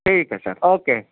ٹھیک ہے sir okay